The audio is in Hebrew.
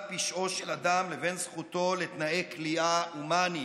פשעו של אדם לבין זכותו לתנאי כליאה הומניים.